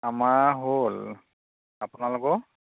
আমাৰ হ'ল আপোনালোকৰ